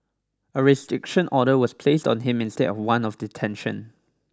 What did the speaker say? a restriction order was placed on him instead of one of detention